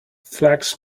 flax